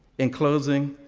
in closing,